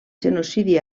genocidi